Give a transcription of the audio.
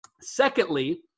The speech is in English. Secondly